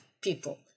people